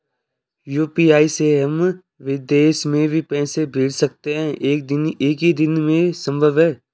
UPI से हम विदेश में भी पैसे भेज सकते हैं एक ही दिन में संभव है?